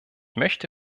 möchte